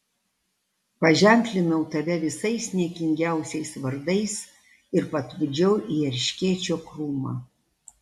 paženklinau tave visais niekingiausiais vardais ir patupdžiau į erškėčio krūmą